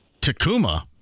Takuma